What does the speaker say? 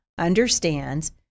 understands